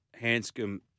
Hanscom